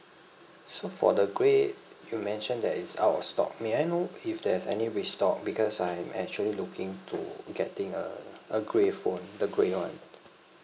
so for the grey you mentioned that it's out of stock may I know if there is any restock because I'm actually looking to getting a a grey phone the grey one